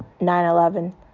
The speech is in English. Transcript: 9-11